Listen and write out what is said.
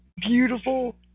beautiful